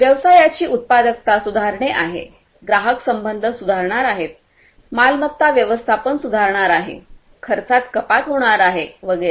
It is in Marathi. व्यवसायाची उत्पादकता सुधारणार आहे ग्राहक संबंध सुधारणार आहेत मालमत्ता व्यवस्थापन सुधारणार आहे खर्चात कपात होणार आहे वगैरे